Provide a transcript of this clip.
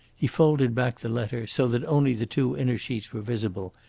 he folded back the letter, so that only the two inner sheets were visible,